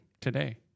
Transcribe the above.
today